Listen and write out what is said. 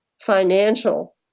financial